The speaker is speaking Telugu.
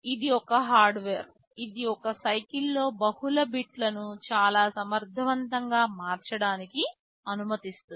ఇది ఒక హార్డ్వేర్ ఇది ఒకే సైకిల్ లో బహుళ బిట్ను చాలా సమర్థవంతంగా మార్చడానికి అనుమతిస్తుంది